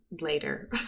later